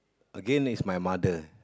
again is my mother